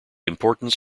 importance